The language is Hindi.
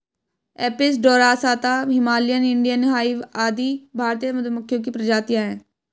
Apis dorsata, Himalayan, Indian hive आदि भारतीय मधुमक्खियों की प्रजातियां है